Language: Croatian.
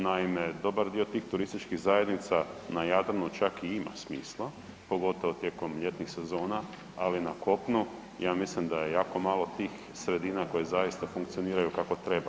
Naime, dobar dio tih turističkih zajednica na Jadranu čak i ima smisla, pogotovo tijekom ljetnih sezona, ali na kopnu ja mislim da je jako malo tih sredina koje zaista funkcioniraju kako treba.